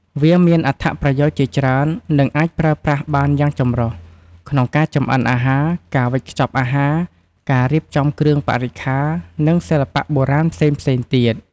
វាមានអត្ថប្រយោជន៍ជាច្រើន និងអាចប្រើប្រាស់បានយ៉ាងចម្រុះ ក្នុងការចម្អិនអាហារ ការវេចខ្ចប់អាហារ ការរៀបចំគ្រឿងបរិក្ខារ និងសិល្បៈបុរាណផ្សេងៗទៀត។